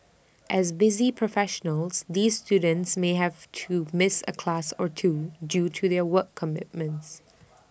as busy professionals these students may have to miss A class or two due to their work commitments